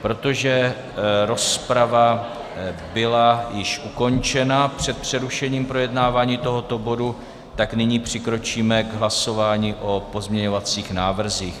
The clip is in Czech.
Protože rozprava byla již ukončena před přerušením projednávání tohoto bodu, tak nyní přikročíme k hlasování o pozměňovacích návrzích.